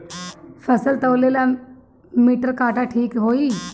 फसल तौले ला मिटर काटा ठिक होही?